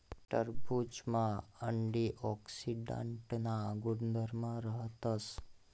टरबुजमा अँटीऑक्सीडांटना गुणधर्म राहतस